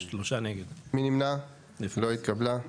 3 נמנעים, 0 ההסתייגות לא התקבלה.